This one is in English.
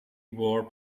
war